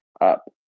up